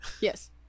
Yes